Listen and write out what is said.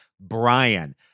Brian